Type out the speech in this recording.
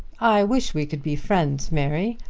i wish we could be friends, mary.